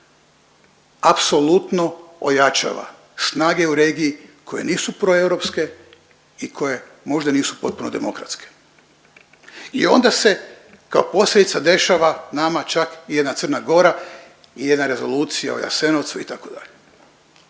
apsolutno ojačava snage u regiji koje nisu proeuropske i koje možda nisu potpuno demokratske i onda se kao posljedica dešava nama čak i jedna Crna Gora i jedna rezolucija o Jasenovcu itd.